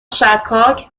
شکاک